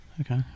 Okay